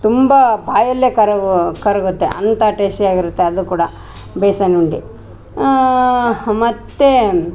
ತುಂಬಾ ಬಾಯಲ್ಲೆ ಕರಗೋ ಕರಗುತ್ತೆ ಅಂತ ಟೇಸ್ಟಿ ಆಗಿರತ್ತೆ ಅದು ಕೂಡ ಬೇಸನ್ ಉಂಡೆ ಮತ್ತು